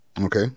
okay